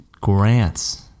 grants